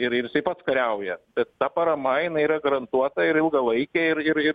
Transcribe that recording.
ir ir jisai pats kariauja bet ta parama jinai yra garantuota ir ilgalaikė ir ir ir